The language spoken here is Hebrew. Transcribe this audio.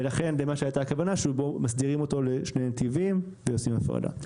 ולכן הכוונה הייתה שמסדירים אותו לשני נתיבים ועושים הפרדה.